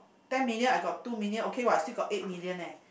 ten million I got two million okay what still got eight million eh